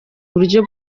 buryo